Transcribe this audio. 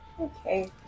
Okay